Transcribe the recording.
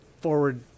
forward